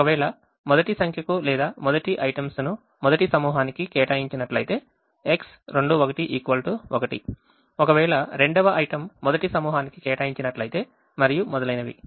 ఒకవేళ మొదటి సంఖ్య కు లేదా మొదటి items ను మొదటి సమూహానికి కేటాయించినట్లయితే X21 1 ఒకవేళ రెండవ item మొదటి సమూహానికి కేటాయించినట్లయితే మరియు మొదలైనవి